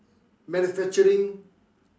manufacturing